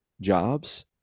jobs